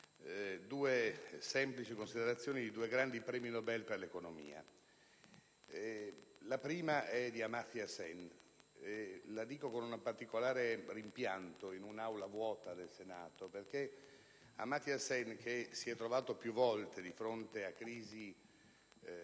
due semplici considerazioni di due grandi premi Nobel per l'economia. La prima è di Amartya Sen, che ricordo con particolare rimpianto in un'Aula del Senato vuota. Amartya Sen, che si è trovato più volte di fronte a crisi